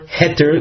heter